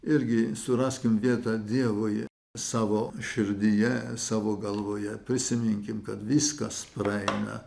irgi suraskim vietą dievui savo širdyje savo galvoje prisiminkim kad viskas praeina